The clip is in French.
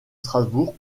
strasbourg